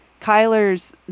Kyler's